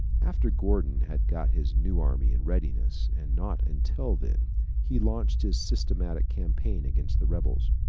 after gordon had got his new army in readiness and not until then he launched his systematic campaign against the rebels.